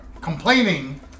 complaining